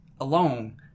alone